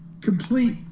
complete